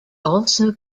also